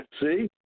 See